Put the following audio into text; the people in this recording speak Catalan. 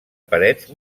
parets